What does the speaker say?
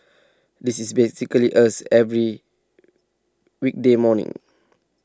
this is basically us every weekday morning